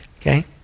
okay